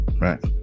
Right